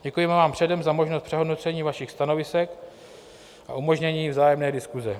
Děkujeme vám předem za možnost přehodnocení vašich stanovisek a umožnění vzájemné diskuse.